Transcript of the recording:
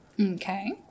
Okay